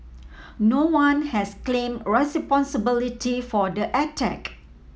no one has claimed responsibility for the attack